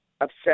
upset